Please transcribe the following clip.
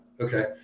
okay